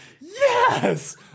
Yes